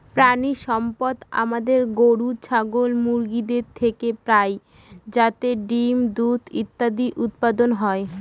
প্রানীসম্পদ আমাদের গরু, ছাগল, মুরগিদের থেকে পাই যাতে ডিম, দুধ ইত্যাদি উৎপাদন হয়